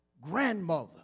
grandmother